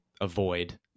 avoid